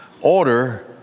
order